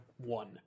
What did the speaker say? one